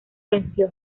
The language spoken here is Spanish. venció